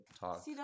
talk